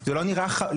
זה לא נראה לך,